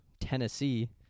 tennessee